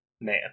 Man